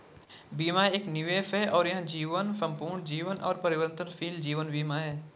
बीमा एक निवेश है और यह जीवन, संपूर्ण जीवन और परिवर्तनशील जीवन बीमा है